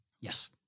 Yes